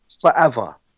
forever